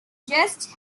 just